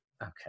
Okay